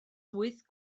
wyth